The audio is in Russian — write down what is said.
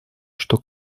что